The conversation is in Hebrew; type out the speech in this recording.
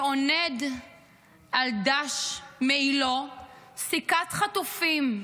שעונד על דש מעילו סיכת חטופים,